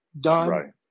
done